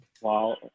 Wow